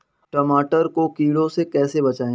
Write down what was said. टमाटर को कीड़ों से कैसे बचाएँ?